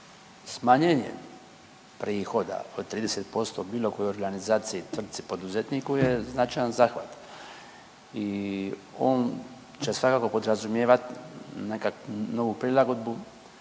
smanjenje prihoda od 30% bilo kojoj organizaciji, tvrtci, poduzetniku je značajan zahvat i on će svakako podrazumijevat nekad novu prilagodbu,